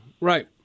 Right